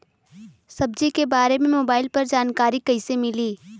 सब्जी के बारे मे मोबाइल पर जानकारी कईसे मिली?